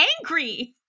angry